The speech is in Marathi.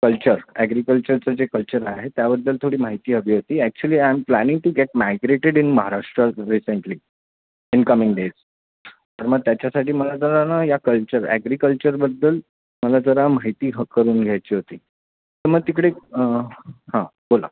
कल्चर ॲग्रिकल्चरचं जे कल्चर आहे त्याबद्दल थोडी माहिती हवी होती actually I am planning to get migrated in Maharashtra recently in coming days तर मग त्याच्यासाठी मला जरा ना या कल्चर ॲग्रीकल्चरबद्दल मला जरा माहिती ह करून घ्यायची होती तर मग तिकडे हां बोला